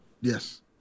Yes